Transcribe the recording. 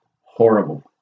horrible